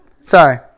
Sorry